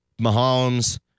Mahomes